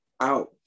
Out